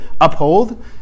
uphold